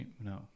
No